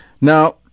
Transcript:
Now